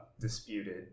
disputed